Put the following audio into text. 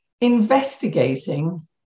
investigating